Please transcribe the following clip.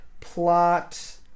plot